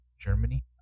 Germany